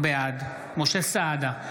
בעד משה סעדה,